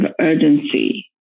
urgency